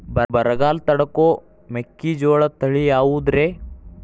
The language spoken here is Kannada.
ಬರಗಾಲ ತಡಕೋ ಮೆಕ್ಕಿಜೋಳ ತಳಿಯಾವುದ್ರೇ?